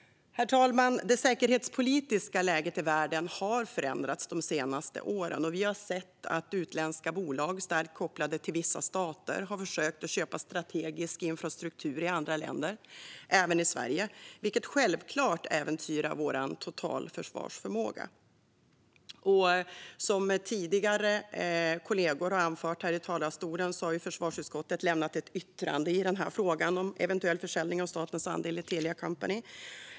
Herr talman! Det säkerhetspolitiska läget i världen har förändrats de senaste åren. Vi har sett att utländska bolag starkt kopplade till vissa stater har försökt köpa strategisk infrastruktur i andra länder och även i Sverige, vilket självklart äventyrar vår totalförsvarsförmåga. Som kollegor tidigare anfört här i talarstolen har försvarsutskottet lämnat ett yttrande i frågan om en eventuell försäljning av statens andel i Telia Company.